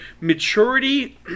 maturity